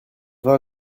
vin